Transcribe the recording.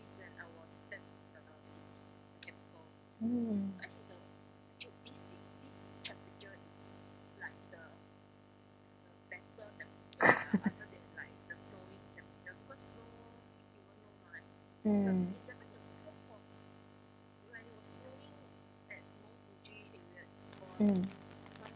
mm mm mm